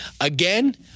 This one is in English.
again